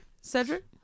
Cedric